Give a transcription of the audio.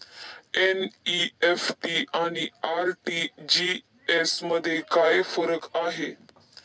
NEFT आणि RTGS मध्ये काय फरक आहे?